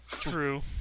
True